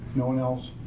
no one else,